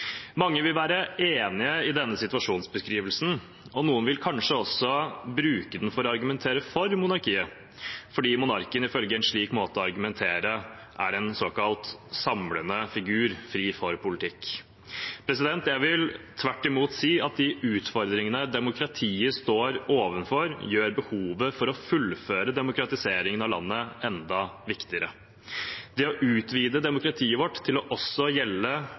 Mange vil være enig i denne situasjonsbeskrivelsen, og noen vil kanskje også bruke den for å argumentere for monarkiet fordi monarken ifølge en slik måte å argumentere på er en såkalt samlende figur, fri for politikk. Jeg vil tvert imot si at de utfordringene demokratiet står overfor, gjør behovet for å fullføre demokratiseringen av landet enda viktigere. Det å utvide demokratiet vårt til også å gjelde